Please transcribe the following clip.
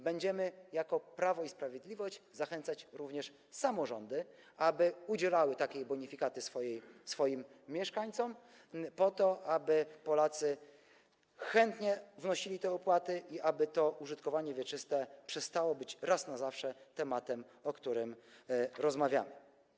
Będziemy jako Prawo i Sprawiedliwość zachęcać również samorządy, aby udzielały takiej bonifikaty swoim mieszkańcom, po to aby Polacy chętnie wnosili te opłaty i aby to użytkowanie wieczyste przestało być raz na zawsze tematem, na który rozmawiamy.